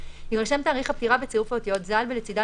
יירשם תאריך הפטירה בצירוף האותיות "ז"ל" ולצידן